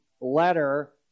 letter